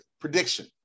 prediction